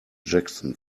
jackson